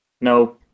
No